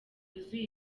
yuzuye